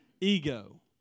Ego